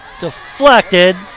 Deflected